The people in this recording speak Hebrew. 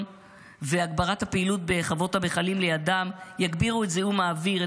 והגברת הפעילות בחוות המכלים לידן יגבירו את זיהום האוויר,